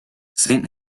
saint